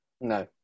No